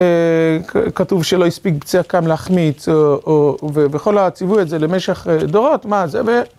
כתוב שלא הספיק בצקם להחמיץ או.. וכל הציוו את זה למשך דורות, מה זה?